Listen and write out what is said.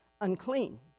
unclean